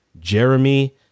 Jeremy